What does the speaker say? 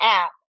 app